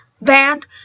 band